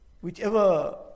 whichever